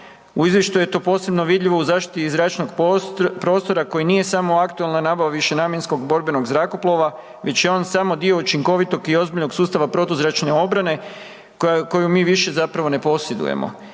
U izvještaju je to posebno vidljivo u zaštiti iz zračnog prostora koji nije samo aktualna nabava višenamjenskog borbenog zrakoplova, već je on samo dio učinkovitog i ozbiljnog sustava protuzračne obrane koja, koju mi više zapravo ne posjedujemo.